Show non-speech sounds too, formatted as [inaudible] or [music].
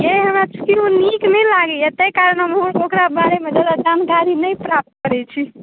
[unintelligible] ये हमरा छुएमे नीक नहि लागैए तैं कारण हमहुँ ओकरा बारेमे कोनो जानकारी नहि प्राप्त करै छी